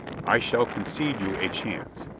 i shall concede you a chance.